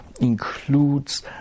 includes